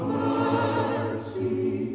mercy